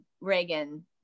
Reagan